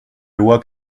loi